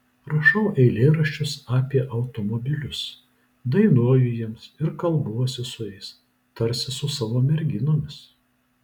rašau eilėraščius apie automobilius dainuoju jiems ir kalbuosi su jais tarsi su savo merginomis